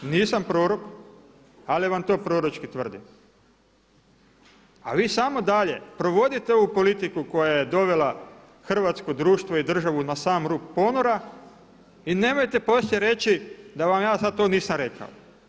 Nisam prorok ali vam to proročki tvrdim, a vi samo dalje provodite ovu politiku koja je dovela hrvatsko društvo i državu na sam rub ponora i nemojte poslije reći da vam ja sada to nisam rekao.